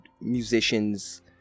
musicians